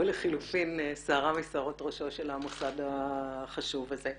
לחילופין שערה משערות ראשו של המוסד החשוב הזה.